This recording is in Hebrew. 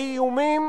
האיומים